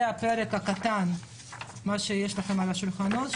זה הפרק הקטן, מה שמונח לכם על השולחנות.